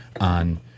on